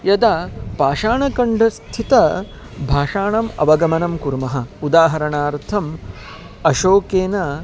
यदा पाषाणखण्डे स्थितं भाषाणाम् अवगमनं कुर्मः उदाहरणार्थम् अशोकेन